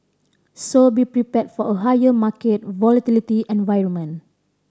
so be prepared for a higher market volatility environment